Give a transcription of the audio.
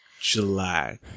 July